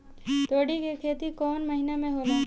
तोड़ी के खेती कउन महीना में होला?